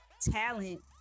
talent